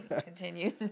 continue